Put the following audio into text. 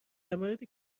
مورد